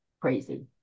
crazy